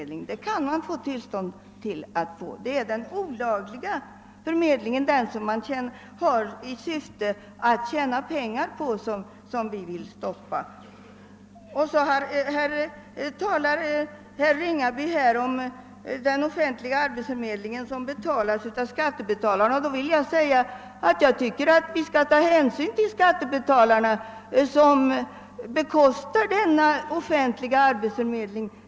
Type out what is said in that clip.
Det är den olagliga förmedlingen, den som bedrivs i syfte att tjäna pengar, som vi vill stoppa. Herr Ringaby talar här om den offentliga arbetsförmedlingen, som betalas av skattebetalarna. Jag tycker vi bör ta hänsyn till skattebetalarna, som bekostar denna offentliga arbetsförmedling.